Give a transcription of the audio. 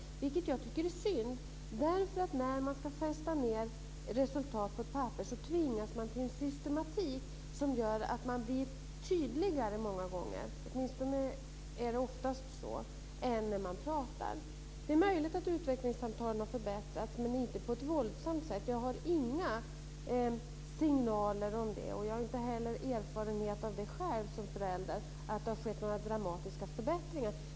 Det tycker jag är synd. När man ska fästa ned resultat på ett papper så tvingas man nämligen till en systematik som gör att man många gånger blir tydligare - åtminstone är det oftast så - än när man pratar. Det är möjligt att utvecklingssamtalen har förbättrats, men inte på ett våldsamt sätt. Jag har inte fått några signaler om det, och jag har inte heller erfarenhet själv som förälder av att det har skett några dramatiska förbättringar.